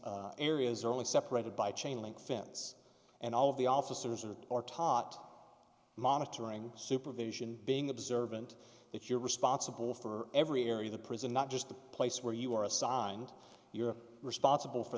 areas are only separated by chain link fence and all of the officers are or taht monitoring supervision being observant that you're responsible for every area of the prison not just the place where you are assigned you're responsible for